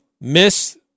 miss